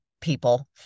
people